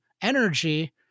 energy